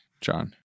John